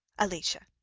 alicia.